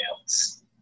else